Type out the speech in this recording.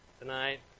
tonight